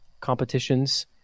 competitions